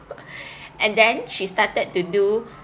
and then she started to do